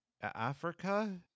africa